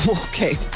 Okay